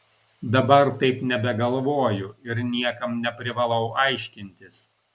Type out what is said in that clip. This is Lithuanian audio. dabar taip nebegalvoju ir niekam neprivalau aiškintis